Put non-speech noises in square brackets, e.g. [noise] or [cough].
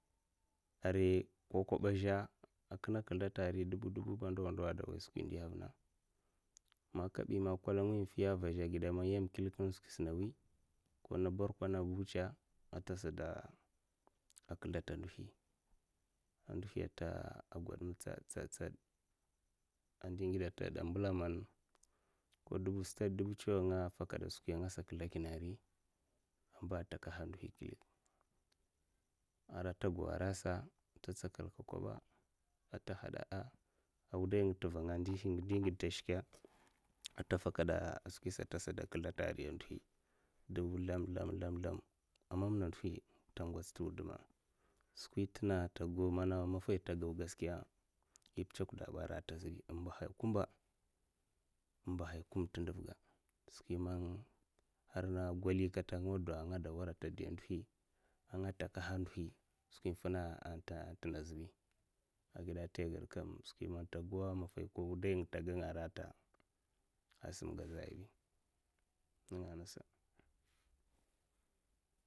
A, rai ko koba zha aka kidatariba a, ndawa ada wai skwi indi avina man kabi man kwalagi man piyaɗa zha a gidame man yam in skwis na wi kona barkwa a na butsa kasada kidata a ndohi, a ndohi a t'gud ma tsad tsad a ndingida ta gwad dusu stad dubu tsaw ngasa kedakina a ri a mba takahakina ara a tago a rasa ta tsakal ka koba'a, ta hada'a, a wudai nga t'va nga wudainga ndi ngid t'shka a tafakada skwisata a tasa kidata a riya a ndohi dubu sldam, sldam, sldam a mamna ndoni ta ngwats t'wuduma'a, skwi t'na maffai tago gaskiya ipitsokda arata zibi mmba haya. kumb t'ndivga skwi mam har na golikata ngadu warakendi a nga takahana ndohi nga takahana a ndohi skwi infina a ta a zhebi a gidata igwadkam skwi man ta go a maffai ko wudai nga ta ganga rata a singa a zha rabi, [unintelligible]